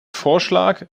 vorschlag